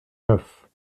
neuf